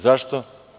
Zašto?